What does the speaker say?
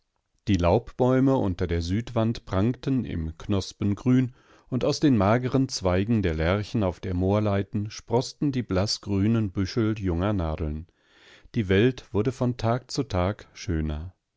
die laubbäume unter der südwand prangten im knospengrün und aus den mageren zweigen der lärchen auf der moorleiten sproßten die blaßgrünen büschel junger nadeln die welt wurde von tag zu tag schöner